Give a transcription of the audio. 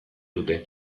dute